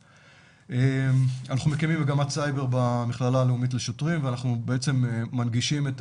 אנחנו מקימים מגמת סייבר במכללה הלאומית לשוטרים ואנחנו מנגישים את